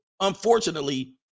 unfortunately